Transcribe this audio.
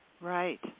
Right